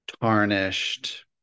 tarnished